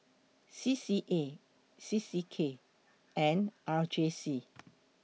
C C A C C K and R J C